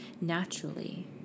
naturally